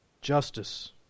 justice